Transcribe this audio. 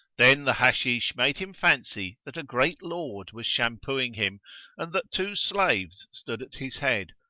then the hashish made him fancy that a great lord was shampooing him and that two slaves stood at his head,